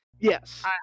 Yes